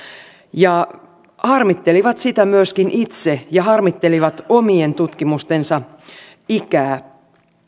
ja he harmittelivat sitä myöskin itse ja harmittelivat omien tutkimustensa ikää